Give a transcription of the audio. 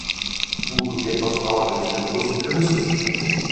būtų kiek paspaudę zyliukus ir viskas